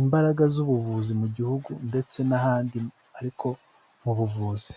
imbaraga z'ubuvuzi mu gihugu ndetse n'ahandi ariko mu buvuzi.